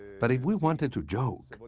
but if we wanted to joke, but